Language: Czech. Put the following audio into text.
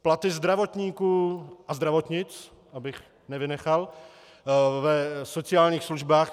Platy zdravotníků a zdravotnic, abych nevynechal, v sociálních službách.